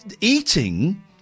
eating